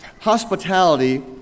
Hospitality